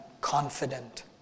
confident